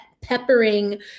peppering